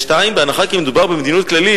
2. בהנחה שמדובר במדיניות כללית,